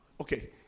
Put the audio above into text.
Okay